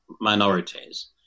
minorities